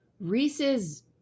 Reese's